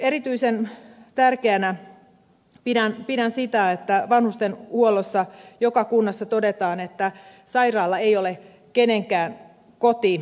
erityisen tärkeänä pidän sitä että vanhustenhuollossa joka kunnassa todetaan että sairaala ei ole kenenkään koti